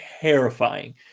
terrifying